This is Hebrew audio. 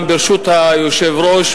ברשות היושב-ראש,